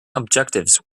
objectives